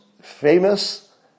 famous